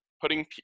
putting